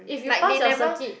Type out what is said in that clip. if you pass your circuit